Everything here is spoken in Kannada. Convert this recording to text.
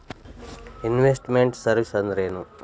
ಇನ್ವೆಸ್ಟ್ ಮೆಂಟ್ ಸರ್ವೇಸ್ ಅಂದ್ರೇನು?